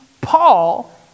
Paul